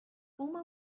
uma